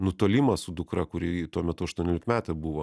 nutolimą su dukra kuri tuo metu aštuoniolikmetė buvo